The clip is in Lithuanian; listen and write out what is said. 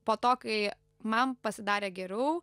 po to kai man pasidarė geriau